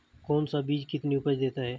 कौन सा बीज कितनी उपज देता है?